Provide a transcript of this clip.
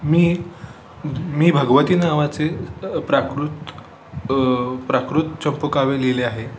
मी मी भगवती नावाचे प्राकृत प्राकृत चंपोकाव्य लिहीलेले आहे